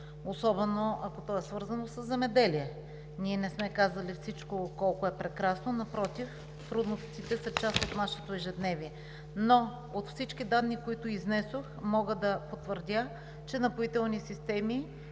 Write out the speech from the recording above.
особено ако то е свързано със земеделие. Ние не сме казали всичко колко е прекрасно – напротив, трудностите са част от нашето ежедневие. Но от всички данни, които изнесох, мога да потвърдя, че Напоителни системи